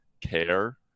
care